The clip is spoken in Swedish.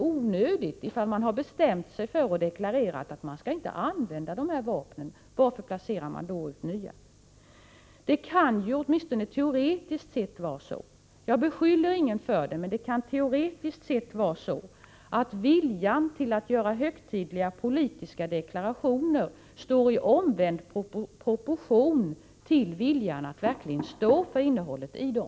Om man har bestämt sig för och också deklararerat att man inte skall använda de här vapnen, varför placerar man då ut nya? Det kan, åtminstone teoretiskt, vara så — jag riktar dock ingen beskyllning mot någon härom -— att viljan att göra högtidliga politiska deklarationer står i omvänd proportion till viljan att verkligen stå för innehållet i dem.